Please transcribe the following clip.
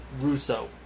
Russo